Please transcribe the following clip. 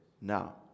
now